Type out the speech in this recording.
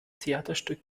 theaterstück